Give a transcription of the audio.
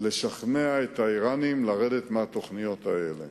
לשכנע את האירנים לרדת מהתוכניות האלה.